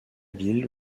ville